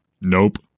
Nope